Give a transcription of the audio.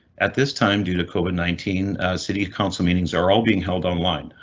at this time, due to cobit nineteen city council meetings are all being held online.